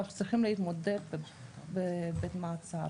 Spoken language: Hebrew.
אנחנו צריכים להתמודד עם זה בבית המעצר.